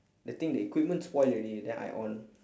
the thing the equipment spoil already then I on